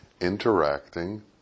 interacting